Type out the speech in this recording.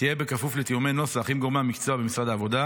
תהיה בכפוף לתיאומי נוסח עם גורמי המקצוע במשרד העבודה.